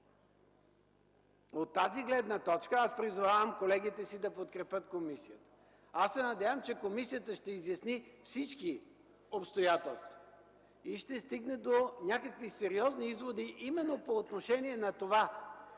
От тази гледна точка призовавам колегите си да подкрепят комисията. Надявам се, че комисията ще изясни всички обстоятелства и ще стигне до някакви сериозни изводи, именно по отношение на това